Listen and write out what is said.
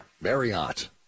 Marriott